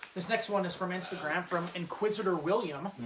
this next one is from instagram, from inquisitor william.